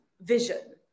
vision